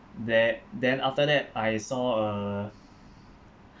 then then after that I saw a